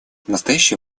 настоящее